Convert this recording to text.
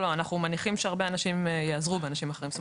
אנחנו מניחים שהרבה אנשים ייעזרו באנשים אחרים.